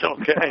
okay